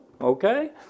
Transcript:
okay